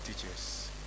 teachers